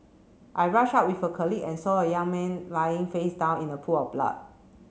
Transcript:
I rushed out with a colleague and saw a young man lying face down in a pool of blood